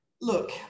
look